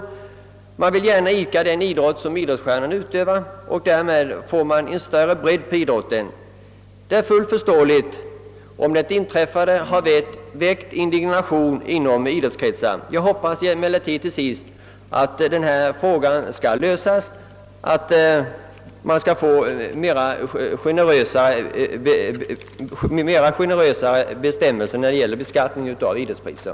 Dessa vill gärna idka den idrott som idrottsstjärnan utövar, och därmed får man en större bredd på idrotten. Det är fullt förståeligt, om det inträffade har väckt indignation inom idrottskretsar. Jag hoppas att frågan skall kunna lösas och att det blir mera generösa bestämmelser för beskattningen av idrottspriser.